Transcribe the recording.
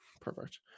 Perfect